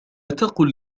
تقل